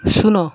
ଶୂନ